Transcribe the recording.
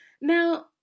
Now